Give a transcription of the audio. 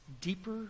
deeper